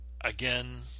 again